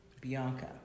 Bianca